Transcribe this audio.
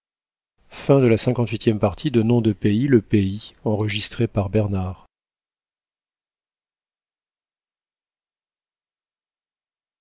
le roi de le